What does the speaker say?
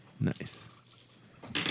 Nice